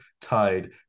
tied